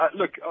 look